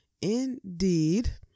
Indeed